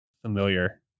familiar